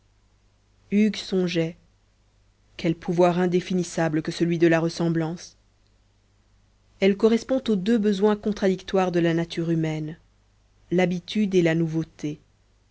hugues songeait quel pouvoir indéfinissable que celui de la ressemblance elle correspond aux deux besoins contradictoires de la nature humaine l'habitude et la nouveauté